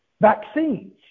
vaccines